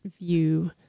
view